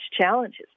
challenges